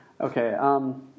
Okay